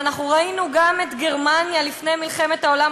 ואנחנו ראינו גם את גרמניה לפני מלחמת העולם